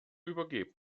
übergeben